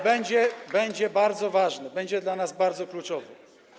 będzie bardzo ważny, będzie dla nas bardzo kluczowy.